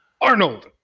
Arnold